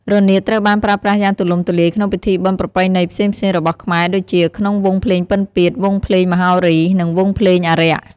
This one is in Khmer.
រនាតត្រូវបានប្រើប្រាស់យ៉ាងទូលំទូលាយក្នុងពិធីបុណ្យប្រពៃណីផ្សេងៗរបស់ខ្មែរដូចជាក្នុងវង់ភ្លេងពិណពាទ្យ វង់ភ្លេងមហោរី និងវង់ភ្លេងអារក្ស។